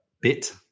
bit